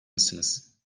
misiniz